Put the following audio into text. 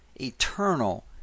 eternal